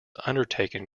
undertaken